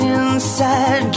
inside